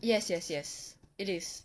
yes yes yes it is